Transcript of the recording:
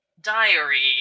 diary